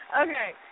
Okay